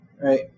right